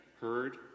heard